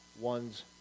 one's